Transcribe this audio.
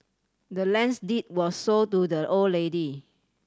the land's deed was sold to the old lady